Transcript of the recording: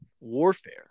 warfare